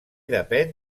depèn